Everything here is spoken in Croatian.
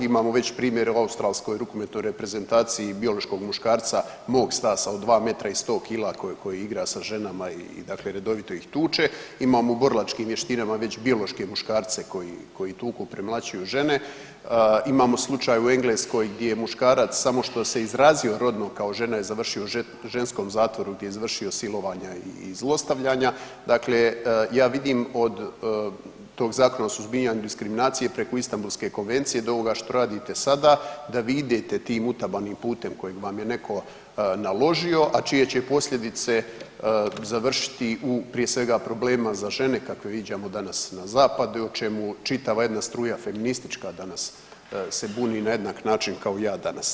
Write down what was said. Imamo već primjere u Australskoj rukometnoj reprezentaciji biološkog muškarca mog stasa od 2m i 100kg koji igra sa ženama i redovito ih tuče, imamo u borilačkim vještinama već biološke muškarce koji tuku i premlaćuju žene, imamo slučaj u Engleskoj gdje je muškarac samo što se izrazio rodno kao žena je završio u ženskom zatvoru gdje je vršio silovanja i zlostavljanja, dakle ja vidim od tog Zakona o suzbijanju diskriminacije preko Istambulske konvencije do ovoga što radite sada da vi idete tim utabanim putem kojeg vam je neko naložio, a čije će posljedice završiti u prije svega problemima za žene kakve viđamo danas na zapadu i o čemu čitava jedna struja feministička danas se buni na jednak način kao ja danas.